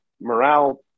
morale